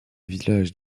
village